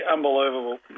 Unbelievable